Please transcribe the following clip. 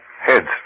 Heads